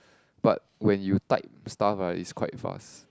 but when you type stuff ah is quite fast